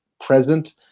present